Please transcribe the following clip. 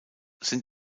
sind